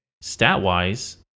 stat-wise